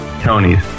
Tony's